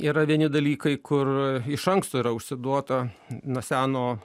yra vieni dalykai kur iš anksto yra užsiduota nuo seno